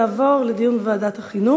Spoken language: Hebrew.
יעבור לדיון בוועדת החינוך,